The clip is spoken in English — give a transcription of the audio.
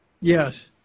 Yes